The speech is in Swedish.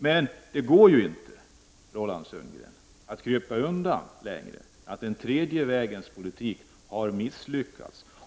Men, Roland Sundgren, socialdemokraterna kan inte krypa undan längre när det gäller det faktum att den tredje vägens politik har misslyckats.